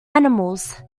animals